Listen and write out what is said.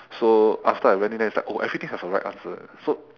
so after I went in then it's like oh everything have a right answer so